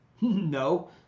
No